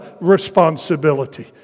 responsibility